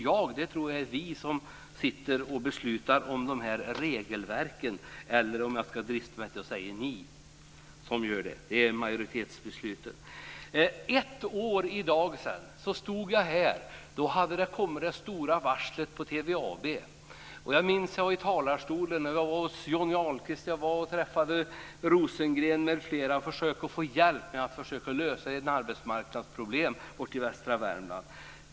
"Jag" tror jag är vi som beslutar om regelverken, eller om jag ska drista mig till att säga ni som gör det, för det majoritetsbeslut. För ett år sedan i dag när jag stod här hade det stora varslet på TVAB kommit. Jag minns att Johnny Ahlqvist och jag träffade Rosengren m.fl. för att försöka få hjälp med att lösa arbetsmarknadsproblemen i västra Värmland.